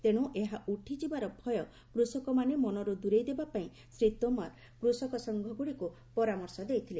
ତେଣୁ ଏହା ଉଠିଯିବାର ଭୟ କୃଷକମାନେ ମନରୁ ଦୂରେଇ ଦେବା ପାଇଁ ଶ୍ରୀ ତୋମାର କୃଷକ ସଂଘଗୁଡିକୁ ପରାମର୍ଶ ଦେଇଥିଲେ